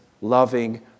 loving